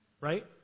right